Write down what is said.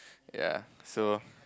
ya so